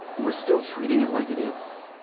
and we're still treating it like it is.